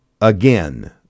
again